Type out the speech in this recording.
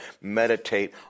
meditate